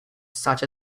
such